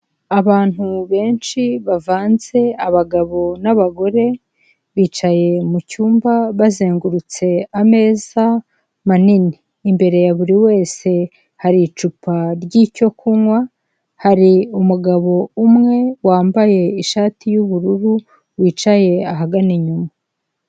Abantu benshi bavanze abagabo n'abagore bicaye mu cyumba bazengurutse ameza manini, imbere ya buri wese hari icupa ry'icyo kunywa hari umugabo umwe wambaye ishati y'ubururu wicaye ahagana inyuma.